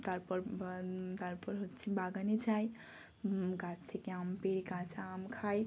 তারপর তারপর হচ্ছে বাগানে যাই গাছ থেকে আম পেড়ে কাঁচা আম খাই